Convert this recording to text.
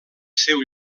seu